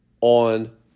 on